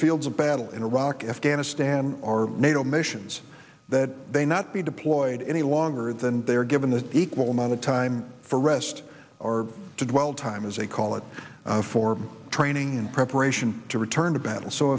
fields of battle in iraq afghanistan or nato missions that they not be deployed any longer than they are given the equal amount of time for rest or to dwell time as they call it for training and preparation to return to battle so